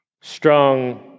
Strong